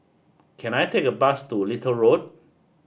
can I take a bus to Little Road